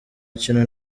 kintu